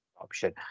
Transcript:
option